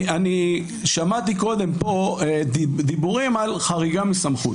שמעתי קודם פה דיבורים על חריגה מסמכות,